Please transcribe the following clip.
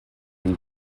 and